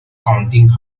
counting